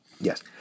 Yes